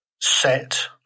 set